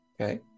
Okay